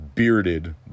bearded